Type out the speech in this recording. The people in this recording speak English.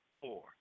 four